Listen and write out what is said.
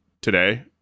today